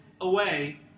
away